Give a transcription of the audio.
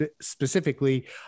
specifically